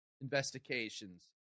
Investigations